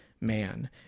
man